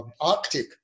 Arctic